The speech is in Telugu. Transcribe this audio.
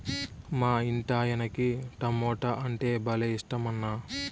మా ఇంటాయనకి టమోటా అంటే భలే ఇట్టమన్నా